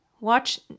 Watch